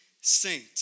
saint